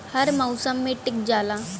हर मउसम मे टीक जाला